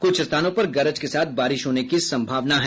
कुछ स्थानों पर गरज के साथ बारिश होने की संभावना है